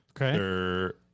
Okay